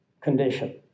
condition